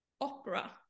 opera